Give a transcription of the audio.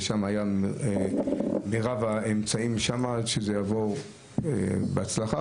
ושם היה מירב האמצעים שזה יעבור בהצלחה,